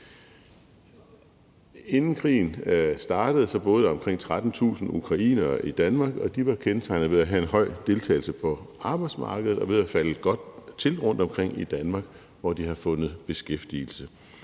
Inden krigen startede, boede der omkring 13.000 ukrainere i Danmark, og de var kendetegnet ved at have en høj deltagelse på arbejdsmarkedet og ved at falde godt til rundtomkring i Danmark, hvor de har fundet beskæftigelse,